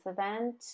event